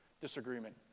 disagreement